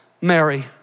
Mary